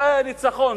זה ניצחון.